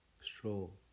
Stroll